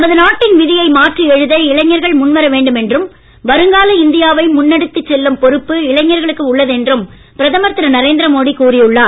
நமது நாட்டின் விதியை மாற்றி எழுத இளைஞர்கள் முன் வரவேண்டும் என்றும் வருங்கால இந்தியாவை முன்னடத்திச் செல்லும் பொறுப்பு இளைஞர்களுக்கு உள்ளது என்றும் பிரதமர் திரு நரேந்திர மோடி கூறி உள்ளார்